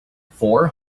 four